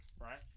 right